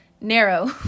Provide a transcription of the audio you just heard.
narrow